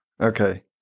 Okay